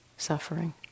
suffering